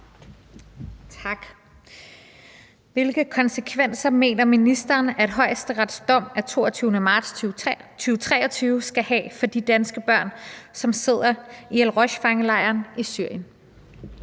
(EL): Hvilke konsekvenser mener ministeren at Højesterets dom af 22. marts 2023 skal have for de danske børn, der sidder i al-Roj-fangelejren i Syrien?